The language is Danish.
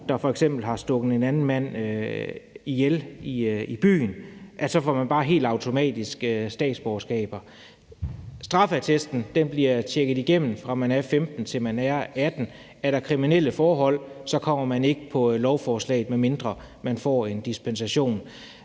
der f.eks. har slået en anden mand ihjel i byen, så får man bare helt automatisk statsborgerskab. Straffeattesten bliver tjekket igennem, fra man er 15 år, til man er 18 år, og er der kriminelle forhold, kommer man ikke på lovforslaget, medmindre man får en dispensation.